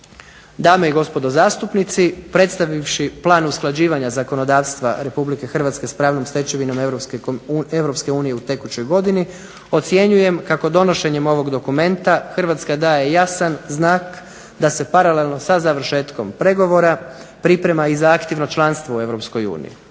Dame i gospodo zastupnici, predstavivši plan usklađivanja zakonodavstva Republike Hrvatske sa pravnom stečevinom Europske unije u tekućoj godini ocjenjujem kako donošenjem ovog dokumenta Hrvatska daje jasan znak da se paralelno sa završetkom pregovora priprema i za aktivno članstvo u